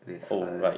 alright